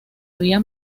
había